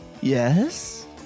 yes